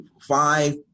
five